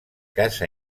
casa